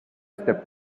step